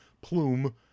plume